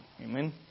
amen